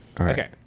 Okay